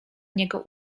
niego